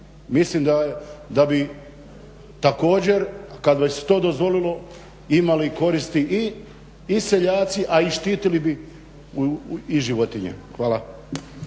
Mislim da bi također kada se već to dozvolilo imali koristi i seljaci, a i štitili bi i životinje. Hvala.